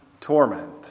torment